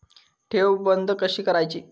ठेव बंद कशी करायची?